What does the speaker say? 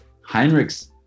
heinrich's